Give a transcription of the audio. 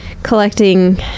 Collecting